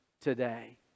today